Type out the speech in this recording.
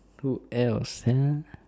who else uh